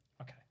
Okay